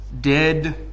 Dead